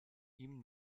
ihm